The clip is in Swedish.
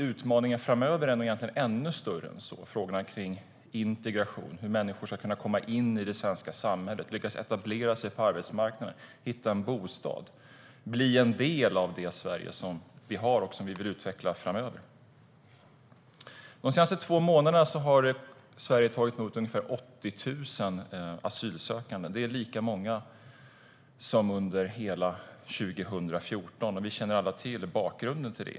Utmaningen framöver är nog egentligen ännu större än så och berör frågorna kring integration, hur människor ska kunna komma in i det svenska i samhället, lyckas etablera sig på arbetsmarknaden, hitta en bostad och bli en del av det Sverige som vi har och som vi vill utveckla framöver. De senaste två månaderna har Sverige tagit emot ungefär 80 000 asylsökande. Det är lika många som under hela 2014. Vi känner alla till bakgrunden till det.